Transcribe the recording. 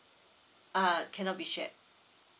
uh cannot be shared